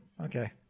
Okay